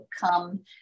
come